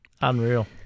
Unreal